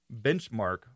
benchmark